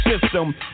system